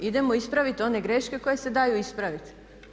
Idemo ispravit one greške koje se daju ispravit.